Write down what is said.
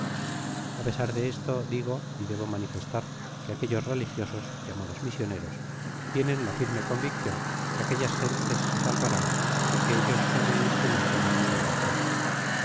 a pesar de todo debo confesar que estos religiosos llamados misioneros tienen la firme conviccion que aquellas gentes se salvarán y que ellos mismos son asi el instrumento de su salvacion